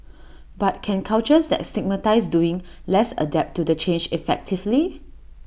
but can cultures that stigmatise doing less adapt to the change effectively